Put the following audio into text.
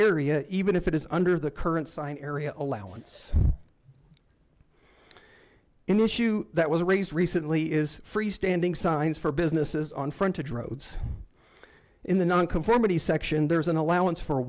area even if it is under the current sign area allowance in the issue that was a raise recently is freestanding signs for businesses on frontage roads in the nonconformity section there is an allowance for a